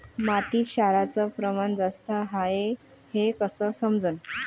मातीत क्षाराचं प्रमान जास्त हाये हे कस समजन?